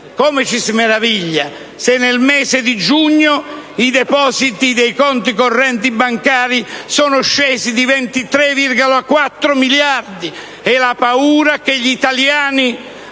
Come ci si meraviglia se nel mese di giugno i depositi dei conti correnti bancari sono scesi di 23,4 miliardi? È la conseguenza della paura e